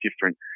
different